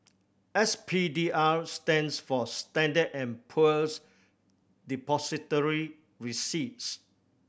S P D R stands for Standard and Poor's Depository Receipts